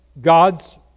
God's